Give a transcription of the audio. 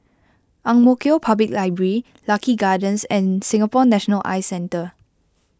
Ang Mo Kio Public Library Lucky Gardens and Singapore National Eye Centre